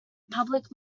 public